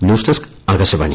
news desk Akashvani